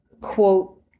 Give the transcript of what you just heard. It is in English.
quote